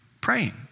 praying